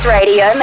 Radio